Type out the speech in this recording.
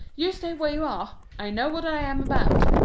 you stay where you are. i know what i am about.